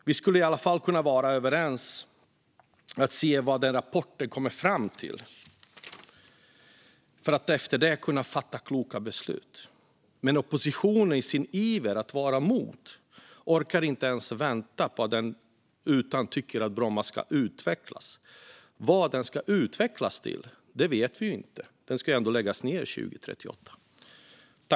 Vi skulle i alla fall kunna vara överens om att se vad denna rapport kommer fram till för att därefter kunna fatta kloka beslut. Men i sin iver att vara emot orkar oppositionen inte ens vänta på rapporten utan tycker att Bromma ska utvecklas. Vad Bromma flygplats ska utvecklas till vet vi inte - den ska ju ändå läggas ned 2038.